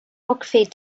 ogilvy